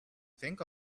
think